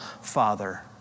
Father